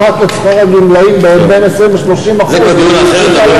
שיודע שהוא שחק את שכר הגמלאים בין 20% ל-30% זה כבר דיון אחר.